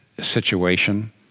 situation